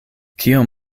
kiom